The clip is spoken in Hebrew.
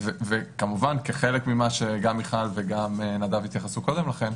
כמובן כחלק ממה שגם מיכל וגם נדב התייחסו קודם לכן,